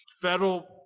federal